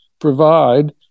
provide